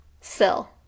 Sill